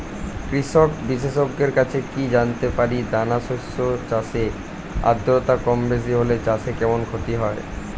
কৃষক বিশেষজ্ঞের কাছে কি জানতে পারি দানা শস্য চাষে আদ্রতা কমবেশি হলে চাষে কেমন ক্ষতি হয়?